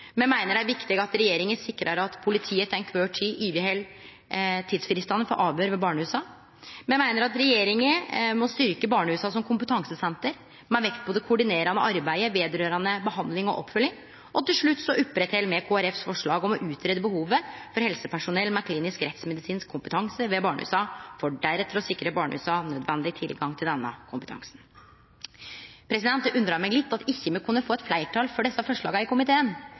Me meiner det er viktig at regjeringa sikrar at politiet til kvar tid overheld tidsfristane for avhøyr ved barnehusa. Me meiner at regjeringa må styrkje barnehusa som kompetansesenter med vekt på det koordinerande arbeidet når det gjeld behandling og oppfølging, og til slutt opprettheld me forslaget til Kristeleg Folkeparti om å greie ut behovet for helsepersonell med klinisk rettsmedisinsk kompetanse ved barnehusa, for deretter å sikre barnehusa nødvendig tilgang til denne kompetansen. Det undrar meg litt at me ikkje kunne få eit fleirtal for desse forslaga i komiteen.